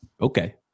Okay